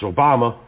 Obama